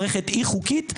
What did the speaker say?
מערכת אי חוקית,